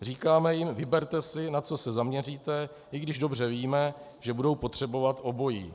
Říkáme jim: vyberte si, na co se zaměříte i když dobře víme, že budou potřebovat obojí.